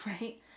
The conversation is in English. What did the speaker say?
right